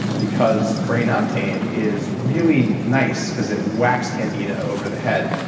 because brain octane is really nice cause it whacks candida over the head.